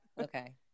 Okay